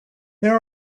there